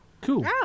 Cool